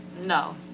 No